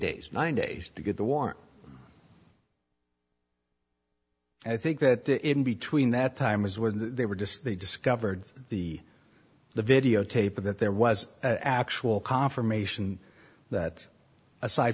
days nine days to get the warrant i think that in between that time was when they were just they discovered the the videotape of that there was actual confirmation that aside